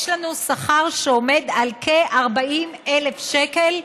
יש לנו שכר שעומד על כ-40,000 שקל,